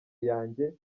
yanjye